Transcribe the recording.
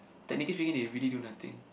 technically speaking they really do nothing